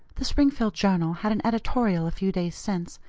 the springfield journal had an editorial a few days since,